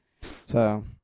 So-